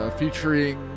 featuring